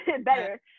better